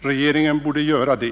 Regeringen borde göra det.